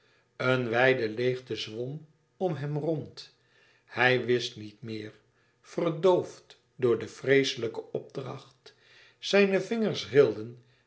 een wijde leêgte zwom om hem rond hij wist niet meer verdoofd door den vreeslijken opdracht zijne vingers rilden